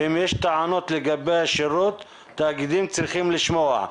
ואם יש טענות לגבי השירות, התאגידים צריכים לשמוע.